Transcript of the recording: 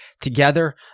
together